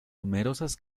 numerosas